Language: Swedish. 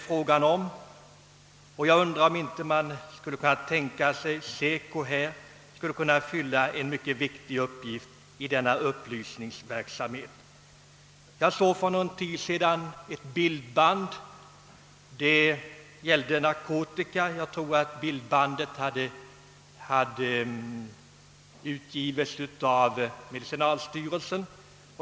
Kunde man inte tänka sig att SECO skulle kunna fylla en viktig uppgift i den upplysningsverksamheten? För någon tid sedan såg jag ett bildband om narkotika, som hade utgivits av medicinalstyrelsen.